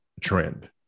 trend